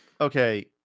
Okay